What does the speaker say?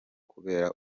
kubera